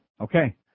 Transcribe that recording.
Okay